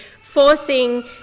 forcing